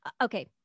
okay